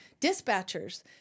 Dispatchers